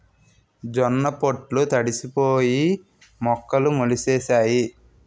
జొన్న పొట్లు తడిసిపోయి మొక్కలు మొలిసేసాయి